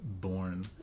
born